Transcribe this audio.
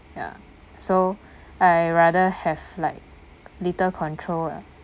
ya so I rather have like little control ah